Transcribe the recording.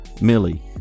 Millie